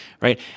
right